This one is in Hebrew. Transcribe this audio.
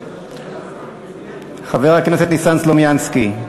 חבר הכנסת ניסן סלומינסקי.